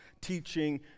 teaching